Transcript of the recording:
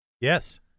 Yes